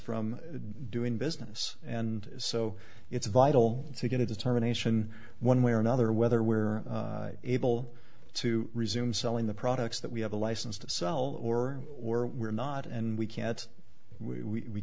from doing business and so it's vital to get a determination one way or another whether we're able to resume selling the products that we have a license to sell or or we're not and we can't we